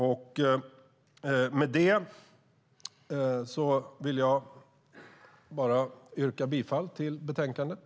Jag yrkar bifall till förslaget i betänkandet.